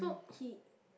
so he